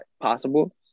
possible